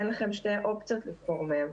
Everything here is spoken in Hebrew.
אין לכם שתי אופציות לבחור מהן.